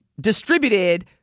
distributed